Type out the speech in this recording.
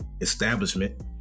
establishment